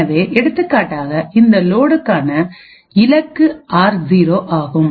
எனவே எடுத்துக்காட்டாக இந்த லோடுக்கான இலக்கு ஆர்0 ஆகும்